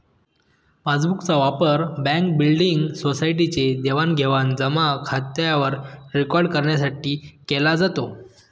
passbook चा वापर bank, building, society चे देवाणघेवाण जमा खात्यावर रेकॉर्ड करण्यासाठी केला जातो